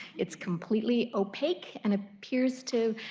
it's completely opaque and appears to